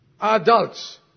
adults